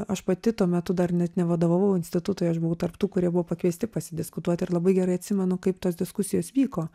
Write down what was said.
aš pati tuo metu dar net nevadovavau institutui aš buvau tarp tų kurie buvo pakviesti pasidiskutuoti ir labai gerai atsimenu kaip tos diskusijos vyko